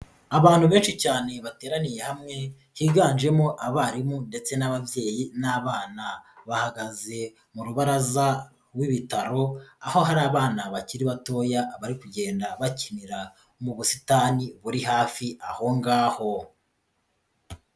Abantu benshi cyane bateraniye hamwe, higanjemo abarimu ndetse n'ababyeyi n'abana. Bahagaze mu rubaraza rw'ibitaro, aho hari abana bakiri batoya bari kugenda bakinira mu busitani buri hafi aho ngaho.